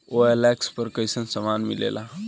OLX पर कइसन सामान मीलेला?